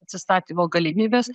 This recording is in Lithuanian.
atsistatymo galimybes